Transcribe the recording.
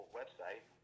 website